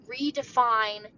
redefine